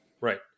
Right